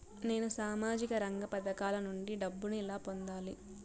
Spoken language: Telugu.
నేను సామాజిక రంగ పథకాల నుండి డబ్బుని ఎలా పొందాలి?